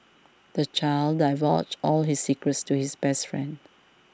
the child divulged all his secrets to his best friend